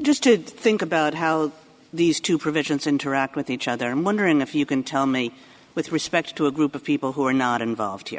just to think about how these two provisions interact with each other i'm wondering if you can tell me with respect to a group of people who are not involved